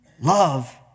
Love